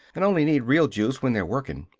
and only need real juice when they're workin'.